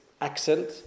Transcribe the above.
accent